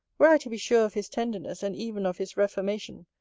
were i to be sure of his tenderness, and even of his reformation,